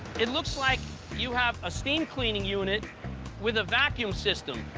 it looks like you have a steam cleaning unit with a vacuum system.